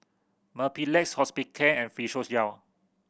Mepilex Hospicare and Physiogel